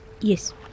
yes